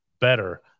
Better